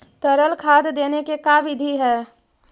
तरल खाद देने के का बिधि है?